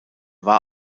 war